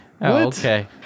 Okay